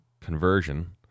conversion